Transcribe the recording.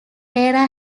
era